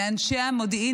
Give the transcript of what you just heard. לאנשי המודיעין,